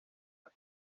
las